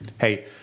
hey